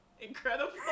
Incredible